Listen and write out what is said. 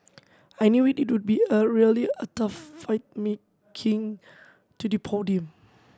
I knew it would be a really a tough fight making to the podium